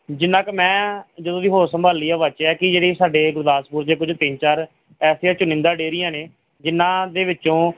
ਜਿੰਨਾ ਕੁ ਮੈਂ ਜਦੋਂ ਦੀ ਹੋਸ਼ ਸੰਭਾਲੀ ਹੈ ਵਾਚਿਆ ਕਿ ਜਿਹੜੇ ਸਾਡੇ ਗੁਰਦਾਸਪੁਰ ਦੇ ਕੁਝ ਤਿੰਨ ਚਾਰ ਐਸੀਆ ਚੁਨਿੰਦਾ ਡੇਅਰੀਆਂ ਨੇ ਜਿਨ੍ਹਾਂ ਦੇ ਵਿੱਚੋਂ